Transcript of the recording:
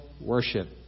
worship